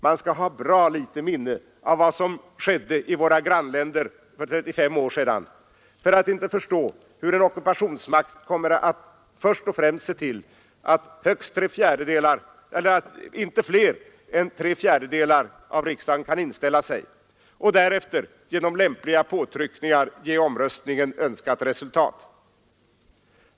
Man skall ha bra litet minne av vad som skedde i våra grannländer för 35 år sedan för att inte förstå hur en ockupationsmakt kommer att se till att inte fler än tre fjärdedelar av riksdagens ledamöter kan inställa sig och därefter genom lämpliga påtryckningar ge omröstningen önskat resultat.